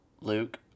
Luke